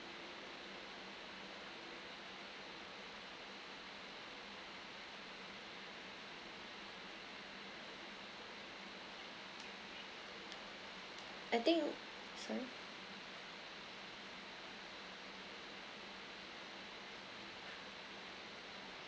I think sorry